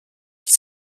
qui